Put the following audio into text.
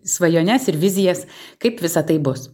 svajones ir vizijas kaip visa tai bus